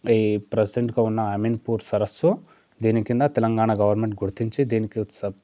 ఈ ప్రజంట్గా ఉన్న అమీన్ పూర్ సరస్సు దీని క్రింద తెలంగాణ గవర్నమెంట్ గుర్తించి దీనికి సబ్